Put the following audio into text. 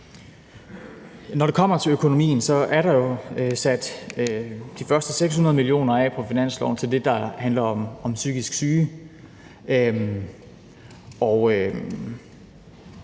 Når det kommer til økonomien, er der jo sat de første 600 mio. kr. af på finansloven til det, der handler om psykisk syge.